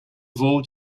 vou